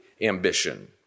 ambition